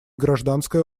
гражданское